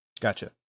Gotcha